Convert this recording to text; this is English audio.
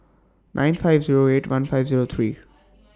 nine five Zero eight one five Zero three